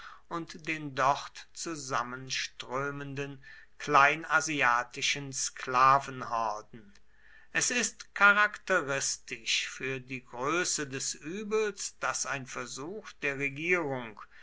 und den dort zusammenströmenden kleinasiatischen sklavenhorden es ist charakteristisch für die größe des übels daß ein versuch der regierung